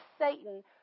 Satan